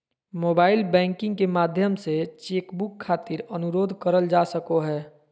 mobile banking के माध्यम से चेक बुक खातिर अनुरोध करल जा सको हय